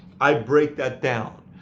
i break that down,